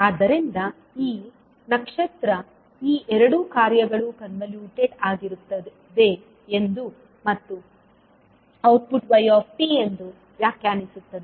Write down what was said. ಆದ್ದರಿಂದ ಈ ಈ ಎರಡು ಕಾರ್ಯಗಳು ಕಾಂವೊಲ್ಯೂಟೆಡ್ ಆಗಿರುತ್ತವೆ ಮತ್ತು ಔಟ್ಪುಟ್ y ಎಂದು ವ್ಯಾಖ್ಯಾನಿಸುತ್ತದೆ